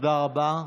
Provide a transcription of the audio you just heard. תודה רבה.